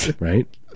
right